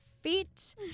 feet